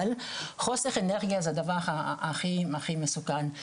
אבל חוסר אנרגיה זה הדבר הכי מסוכן.